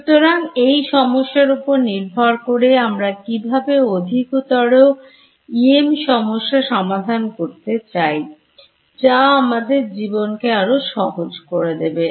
সুতরাং এটা সমস্যার উপর নির্ভর করে আমরা কিভাবে অধিকতর EM সমস্যা সমাধান করতে চাই যা আমাদের জীবনকে আরও সহজ করে দেবে